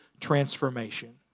transformation